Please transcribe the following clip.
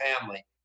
family